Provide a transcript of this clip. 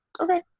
Okay